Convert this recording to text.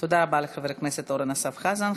תודה רבה לחבר הכנסת אורן אסף חזן.